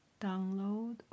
download